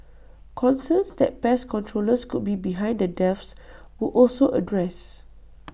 concerns that pest controllers could be behind the deaths were also addressed